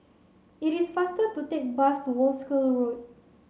it is faster to take bus to Wolskel Road